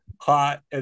hot